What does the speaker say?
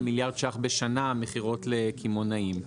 מיליארד שקלים בשנה ממכירות לקמעונאים.